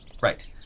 Right